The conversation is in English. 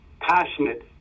passionate